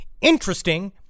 interesting